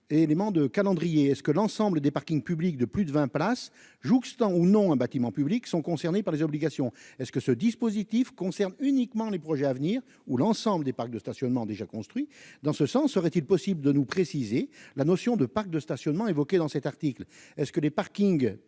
éléments de calendrier, est ce que l'ensemble des parkings publics de plus de 20 place jouxtant ou non un bâtiment public sont concernés par les obligations est ce que ce dispositif concerne uniquement les projets à venir où l'ensemble des parcs de stationnement déjà construit dans ce sens serait-il possible de nous préciser la notion de parcs de stationnement évoqué dans cet article est-ce que les parkings publics